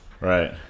Right